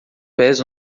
pés